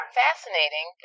fascinating